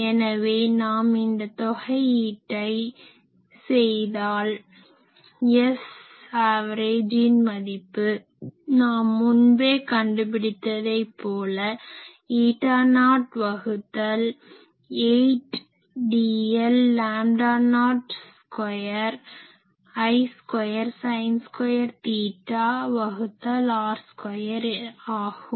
எனவே நாம் இந்த தொகையீட்டை செய்தால் S ஆவரேஜின் மதிப்பு நாம் முன்பே கண்டு பிடித்ததைப்போல ஈட்டா நாட் η0 வகுத்தல் 8 dl lambda naught λ0 square I square sine square theta வகுத்தல் r ஸ்கொயர் ஆகும்